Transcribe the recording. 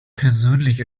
persönlich